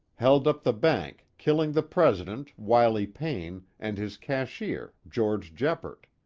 held up the bank, killing the president, wiley payne, and his cashier, george jeppert.